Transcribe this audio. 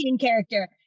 character